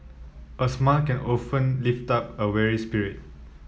a smile can often lift up a weary spirit